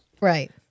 Right